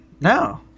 No